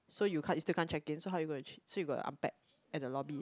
so you can't you still can't check in so how you gonna so you got to unpack at the lobby